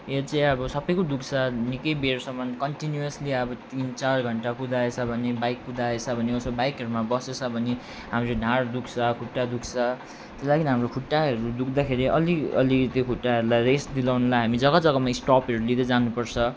यो चाहिँ अब सप्पैको दुख्छ निकैबेरसम्म कन्टिनुवसली अब तिन चार घन्टा कुदाएछ भने बाइक कुदाएछ भने उसो बाइकहरूमा बसेछ भने हामी ढाड दुख्छ खुट्टा दुख्छ त्यो लागि हाम्रो खुट्टाहरू दुख्दाखेरि अलिक अलिक त्यो खुट्टाहरलाई रेस्ट दिलाउनुलाई हामी जग्गा जग्गामा स्टपहरू लिँदै जानुपर्छ